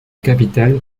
capitale